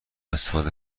استفاده